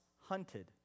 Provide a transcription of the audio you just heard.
hunted